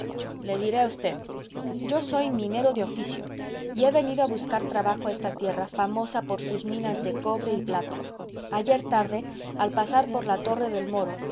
le diré a usted yo soy minero de oficio y he venido a buscar trabajo a esta tierra famosa por sus minas de cobre y plata ayer tarde al pasar por la torre del moro